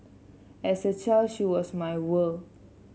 as a child she was my world